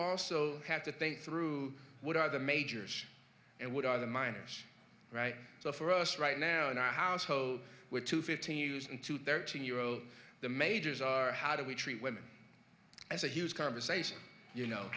also have to think through what are the majors and what are the minors right so for us right now and i household we're two fifteen years into thirteen year old the majors are how do we treat women as a huge conversation you know